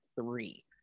three